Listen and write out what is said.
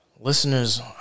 listeners